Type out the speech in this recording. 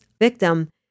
victim